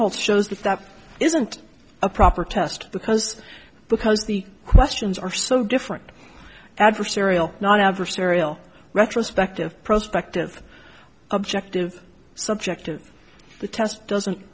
holds shows that that isn't a proper test because because the questions are so different adversarial not adversarial retrospective prospect of objective subjective the test doesn't